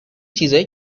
چیزای